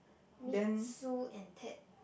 Meet sue and Ted